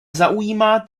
zaujímá